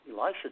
Elisha